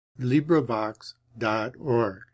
LibriVox.org